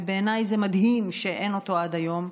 ובעיניי זה מדהים שאין אותו עד היום.